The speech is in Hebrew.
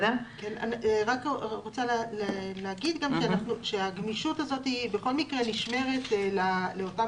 אני רוצה לומר שהגמישות הזאת בכל מקרה נשמרת לאותה